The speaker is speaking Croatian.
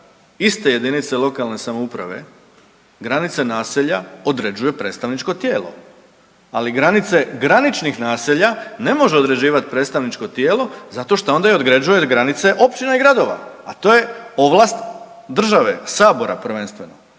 iste jedinice lokalne samouprave granice naselja određuje predstavničko tijelo, ali granice graničnih naselja ne može određivati predstavničko tijelo zato šta onda određuje i granice općina i gradova, a to je ovlast države, Sabora prvenstveno.